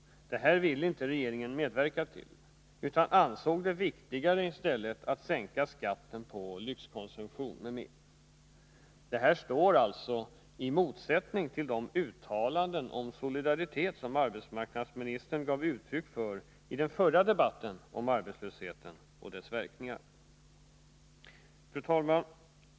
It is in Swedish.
Detta ville inte regeringen medverka till, utan ansåg det viktigare att i stället sänka skatten på lyxkonsumtion m.m. Detta står alltså i motsättning till de uttalanden om solidaritet som arbetsmarknadsministern gav uttryck för i den förra debatten om arbetslösheten och dess verkningar. Fru talman!